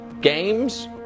games